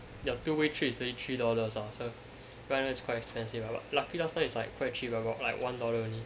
your two way trip is already three dollars ah so right now it's quite expensive lah but lucky last time is like quite cheap lah like one dollar only